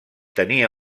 tenia